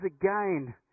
again